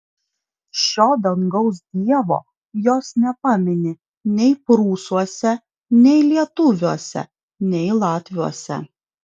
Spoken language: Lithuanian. šio dangaus dievo jos nepamini nei prūsuose nei lietuviuose nei latviuose